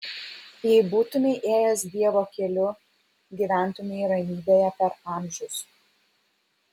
jei būtumei ėjęs dievo keliu gyventumei ramybėje per amžius